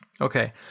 Okay